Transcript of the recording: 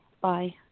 Bye